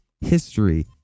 history